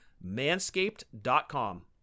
Manscaped.com